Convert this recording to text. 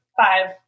five